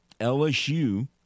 LSU